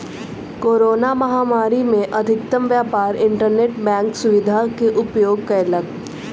corona महामारी में अधिकतम व्यापार इंटरनेट बैंक सुविधा के उपयोग कयलक